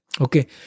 Okay